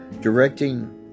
directing